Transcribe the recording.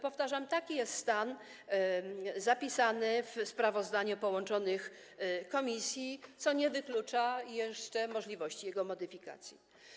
Powtarzam: taki jest stan zapisany w sprawozdaniu połączonych komisji, co nie wyklucza jeszcze możliwości jego modyfikacji.